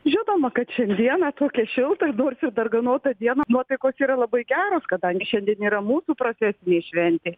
žinoma kad šiandieną tokią šiltą nors ir darganotą dieną nuotaikos yra labai geros kadangi šiandien yra mūsų profesinė šventė